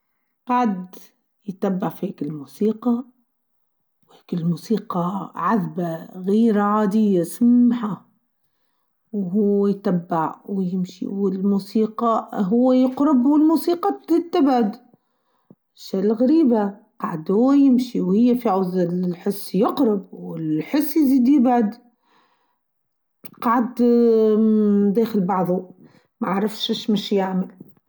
قاعد يتبع فيك الموسيقى و هيك الموسيقى عذبه غير عاديه سييمحه و هو يتبع و يمشي و الموسيقى هو يقرب و الموسيقى تبعد شئ غريبه عدو ويمشي و هى في عزل السياق الحس يزيد بعد قاعد ااا داخل بعظه معرفش بش يعمل.